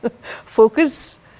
focus